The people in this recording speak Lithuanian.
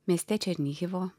mieste černihivo